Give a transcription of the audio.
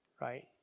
right